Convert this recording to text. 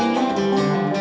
and